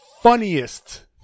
funniest